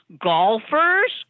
Golfers